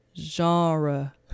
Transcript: genre